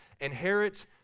inherit